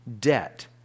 debt